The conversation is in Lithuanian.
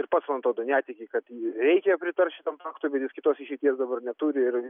ir pats man atrodo netiki kad reikia pritarti šiam faktui nes kitos išeities dabar neturi ir